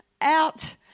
out